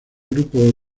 grupo